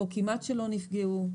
או כמעט שלא נפגעו,